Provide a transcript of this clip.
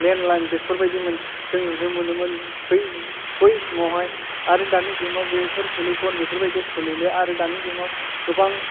landline बेफोरबायदिमोन जों नुनो मोनोमोन बै बै समावहाय आरो दानि जुगाव बेफोर टेलिफन बेफोरबायदिया सलिले आरो दानि जुगाव गोबां